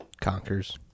conquers